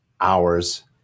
hours